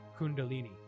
Kundalini